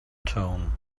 tone